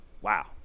Wow